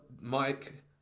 Mike